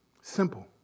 simple